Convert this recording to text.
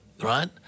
right